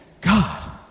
God